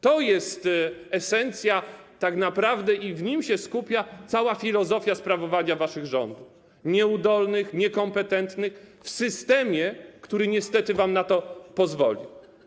To jest esencja tak naprawdę i w nim się skupia cała filozofia sprawowania waszych rządów, nieudolnych, niekompetentnych, w systemie, który niestety wam na to pozwolił.